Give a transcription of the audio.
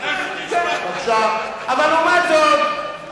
אבל לעומת זאת,